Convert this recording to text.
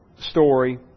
story